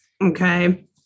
okay